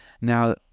Now